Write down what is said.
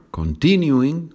continuing